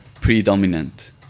predominant